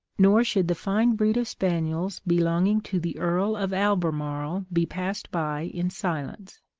nor should the fine breed of spaniels belonging to the earl of albemarle be passed by in silence.